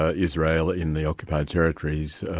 ah israel in the occupied territories,